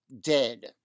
dead